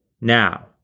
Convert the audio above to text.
Now